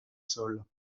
sols